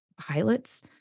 pilots